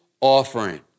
offering